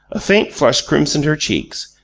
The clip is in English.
a faint flush crimsoned her cheeks,